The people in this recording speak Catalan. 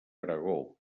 aragó